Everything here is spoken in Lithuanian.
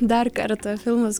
dar kartą filmas